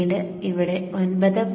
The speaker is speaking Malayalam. പിന്നീട് ഇവിടെ 9